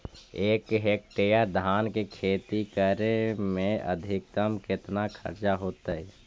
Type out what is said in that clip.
एक हेक्टेयर धान के खेती करे में अधिकतम केतना खर्चा होतइ?